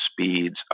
speeds